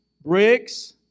bricks